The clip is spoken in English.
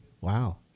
Wow